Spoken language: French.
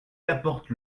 apportent